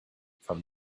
from